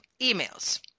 emails